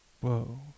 whoa